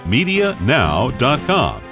medianow.com